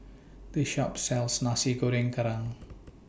This Shop sells Nasi Goreng Kerang